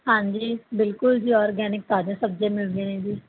ਹਾਂਜੀ ਬਿਲਕੁਲ ਜੀ ਔਰਗੈਨਿਕ ਤਾਜ਼ਾ ਸਬਜ਼ੀਆਂ ਮਿਲਦੀਆਂ ਨੇ ਜੀ